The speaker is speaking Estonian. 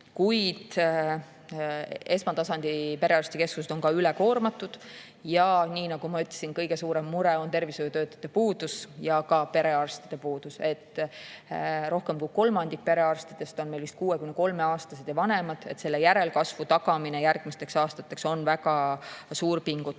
kuid esmatasandi perearstikeskused on üle koormatud. Nii nagu ma ütlesin, kõige suurem mure on tervishoiutöötajate puudus ja ka perearstide puudus. Rohkem kui kolmandik perearstidest on meil 63-aastased ja vanemad ning järelkasvu tagamine järgmisteks aastateks [nõuab] väga suurt pingutust.